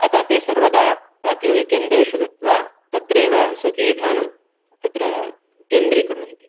अतः ते सर्वदा प्रातियोगिककेन्द्रेषु गत्वा तत्र एव स्वकीयध्यानं तत्र केन्द्रीकुर्वन्ति